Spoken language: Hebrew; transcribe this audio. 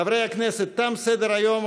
חברי הכנסת, תם סדר-היום.